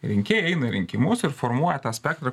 rinkėjai eina į rinkimus ir formuoja tą spektrą